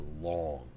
long